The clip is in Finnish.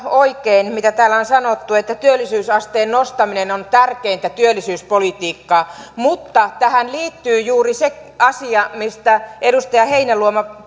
oikein mitä täällä on sanottu että työllisyysasteen nostaminen on tärkeintä työllisyyspolitiikkaa mutta tähän liittyy juuri se asia mistä edustaja heinäluoma